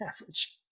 average